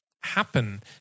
happen